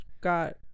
got